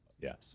Yes